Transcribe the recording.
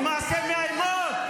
למעשה מאיימות.